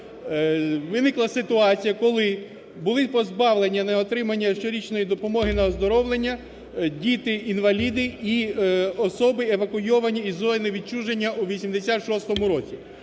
виникла ситуація, коли були позбавлені на отримання щорічної допомоги на оздоровлення діти-інваліди і особи, евакуйовані із зони відчуження у 1986 році.